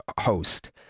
host